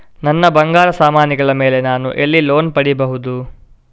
ನನ್ನ ಬಂಗಾರ ಸಾಮಾನಿಗಳ ಮೇಲೆ ನಾನು ಎಲ್ಲಿ ಲೋನ್ ಪಡಿಬಹುದು?